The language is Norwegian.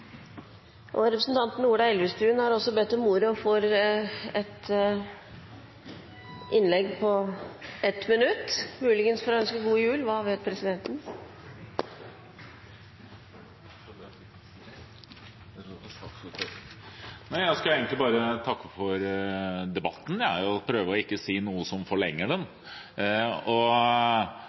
Representanten Ola Elvestuen har også bedt om ordet. Han har hatt ordet to ganger tidligere og får ordet til en kort merknad, begrenset til 1 minutt, muligens for å ønske god jul – hva vet presidenten? Jeg skulle egentlig bare takke for debatten og prøve ikke å si noe som forlenger